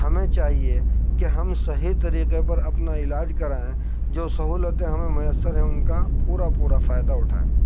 ہمیں چاہیے کہ ہم صحیح طریقے پر اپنا علاج کرائیں جو سہولتیں ہمیں میسر ہیں ان کا پورا پورا فائدہ اٹھائیں